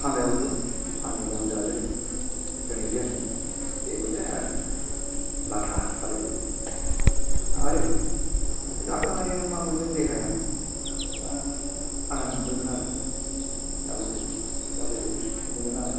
थानदायावथ' साननै गाहाम जाजायो दोनै दोनै जेबो जाया आरो लाथा खालायबावो आरो बेखौ जाखांनानै मा मोनगोन देहाया बिराद आराम मोनगोन आरो जाबावगौ जाबावगौ मोनगोन आरो